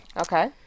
Okay